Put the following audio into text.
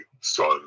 son